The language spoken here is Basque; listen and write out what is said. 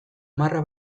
marra